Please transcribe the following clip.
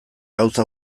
gauza